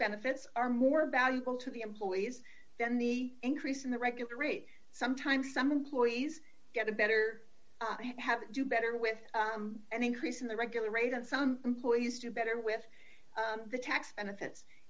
benefits are more valuable to the employees than the increase in the regular rate some time some employees get a better have do better with an increase in the regular rate and some employees do better with the tax benefits